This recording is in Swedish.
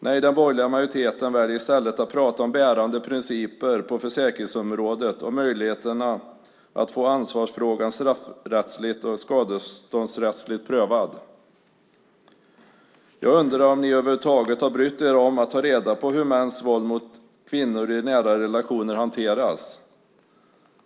Nej, den borgerliga majoriteten väljer i stället att tala om "bärande principer på försäkringsområdet" och möjligheterna att få ansvarsfrågan straffrättsligt och skadeståndsrättsligt prövad. Jag undrar om de över huvud taget har brytt sig om att ta reda på hur mäns våld mot kvinnor i nära relationer hanteras.